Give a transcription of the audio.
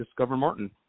discovermartin